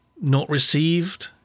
not-received